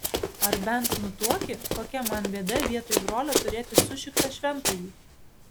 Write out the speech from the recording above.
ar bent nutuoki kokia man bėda vietoj brolio turėti sušiktą šventąjį